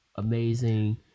Amazing